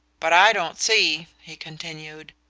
but i don't see, he continued,